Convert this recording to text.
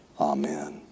Amen